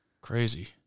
Crazy